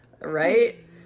Right